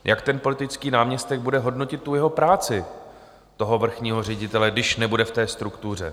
Jak politický náměstek bude hodnotit jeho práci, toho vrchního ředitele, když nebude v té struktuře?